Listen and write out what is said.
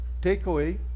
Takeaway